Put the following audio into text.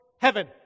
heaven